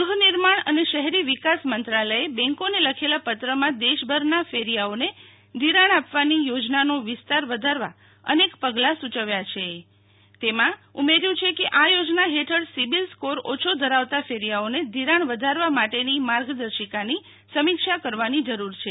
ગૃહનિર્માણ અને શહેરી વિકાસ મંત્રાલયે બેંકોને લખેલા પત્રમાં દેશભરનાફેરિયાઓને ધિરાણ આપવાની યોજનાનો વિસ્તાર વધારવા અનેક પગલાં સૂ યવ્યાં છે તેમાં એમ પણઉમેર્યું છે કે આ યોજના હેઠળ સીબીલ સ્કોર ઓછો ધરાવતાફેરીયાઓને ધિરાણ વધારવા માટેની માર્ગદર્શિકાની સમીક્ષા કરવાની જરૂર છે